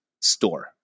store